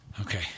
okay